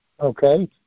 Okay